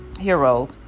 Hero